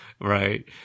Right